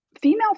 Female